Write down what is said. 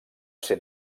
ser